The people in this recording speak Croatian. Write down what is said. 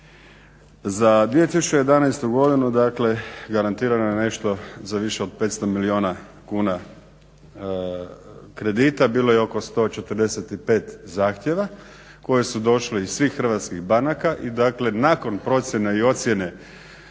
Za 2011. godinu dakle garantirano je nešto za više od 500 milijuna kuna kredita. Bilo je oko 145 zahtjeva koji su došli iz svih hrvatskih banaka i dakle nakon procjene i ocjene